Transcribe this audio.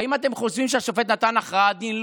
האם אתם חושבים שהשופט נתן הכרעת דין?